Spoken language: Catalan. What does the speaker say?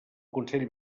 consell